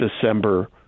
December